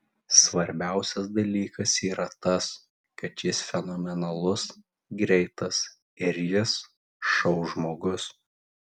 svarbiausias dalykas yra tas kad jis fenomenalus greitas ir jis šou žmogus